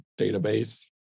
database